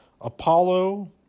Apollo